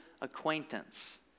acquaintance